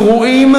קרועים,